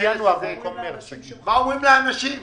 מה אומרים לאנשים?